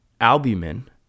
albumin